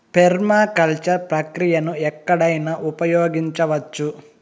permaculture ప్రక్రియను ఎక్కడైనా ఉపయోగించవచ్చు